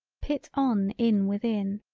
pit on in within.